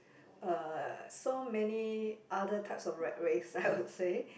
uh so many other types of rat race I would say